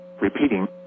Repeating